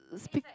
speak